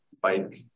bike